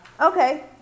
Okay